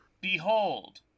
behold